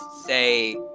say